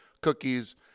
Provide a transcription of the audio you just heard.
cookies